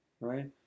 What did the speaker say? right